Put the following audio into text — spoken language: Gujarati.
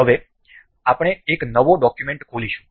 હવે આપણે એક નવો ડોક્યુમેન્ટ ખોલીશું